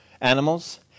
animals